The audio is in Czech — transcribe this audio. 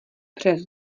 přes